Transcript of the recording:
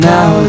Now